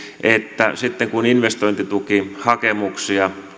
että sitten kun investointitukihakemuksia